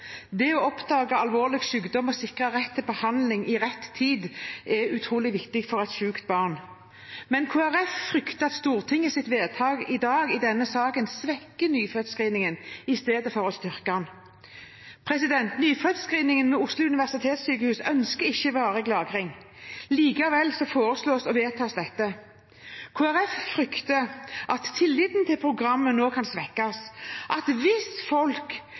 utrolig viktig for et sykt barn. Men Kristelig Folkeparti frykter at Stortingets vedtak i dag i denne saken svekker nyfødtscreeningen istedenfor å styrke den. Nyfødtscreeningen ved Oslo universitetssykehus ønsker ikke varig lagring. Likevel foreslås og vedtas dette. Kristelig Folkeparti frykter at tilliten til programmet nå kan svekkes. Hvis folk